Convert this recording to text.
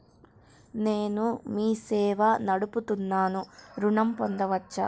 నేను మీ సేవా నడుపుతున్నాను ఋణం పొందవచ్చా?